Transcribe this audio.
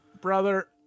Brother